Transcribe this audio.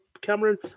Cameron